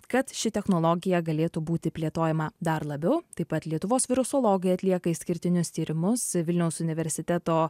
kad ši technologija galėtų būti plėtojama dar labiau taip pat lietuvos virusologijai atlieka išskirtinius tyrimus vilniaus universiteto